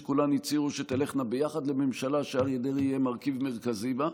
שכולן הצהירו שתלכנה ביחד לממשלה שאריה דרעי יהיה מרכיב מרכזי בה.